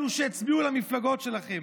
אלה שהצביעו למפלגות שלכם.